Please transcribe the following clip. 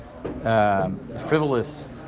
frivolous